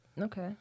Okay